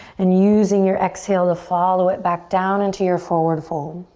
and using your exhale to follow it back down into your forward fold.